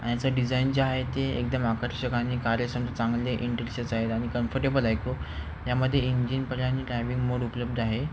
ह्याचं डिझाईन जे आहे ते एकदम आकर्षक आणि आहेत आणि कम्फर्टेबल आहे खूप यामध्ये इंजिन पहिले आणि ड्रायविंग मोड उपलब्ध आहे